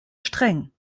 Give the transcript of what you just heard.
streng